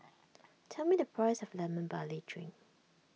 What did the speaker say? tell me the price of Lemon Barley Drink